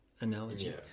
analogy